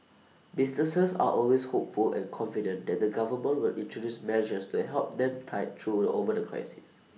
businesses are always hopeful and confident that the government will introduce measures to help them tide through the over the crisis